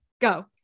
go